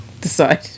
decide